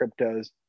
cryptos